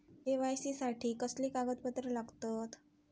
KYC साठी कसली कागदपत्र लागतत?